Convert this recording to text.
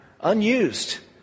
unused